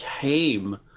came